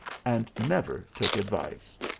and never took advice.